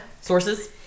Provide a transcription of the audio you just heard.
Sources